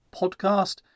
podcast